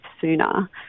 sooner